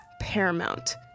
paramount